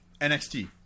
NXT